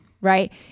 right